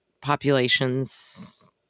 populations